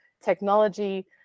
technology